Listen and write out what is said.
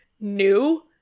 new